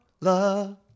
love